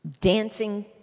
dancing